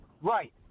Right